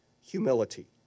humility